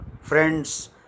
friends